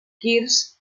kris